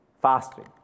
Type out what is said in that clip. fasting